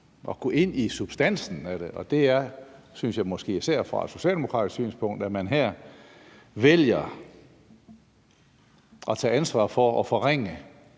at gå ind i substansen af det? Den er, synes jeg måske især fra et socialdemokratisk synspunkt, at man her vælger at tage ansvaret for at forringe